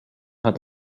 hat